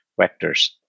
vectors